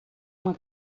uma